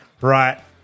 Right